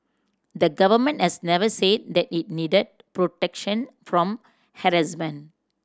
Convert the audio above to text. the Government has never said that it needed protection from harassment